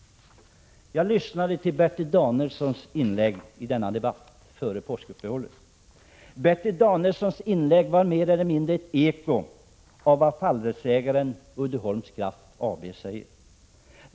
Jag lyssnade till Bertil Danielssons inlägg i denna debatt före påskuppehållet. Bertil Danielssons inlägg var mer eller mindre ett eko av vad fallrättsägaren Uddeholms Kraft AB hävdar.